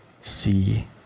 see